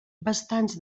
bastants